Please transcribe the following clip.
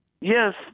Yes